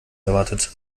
erwartet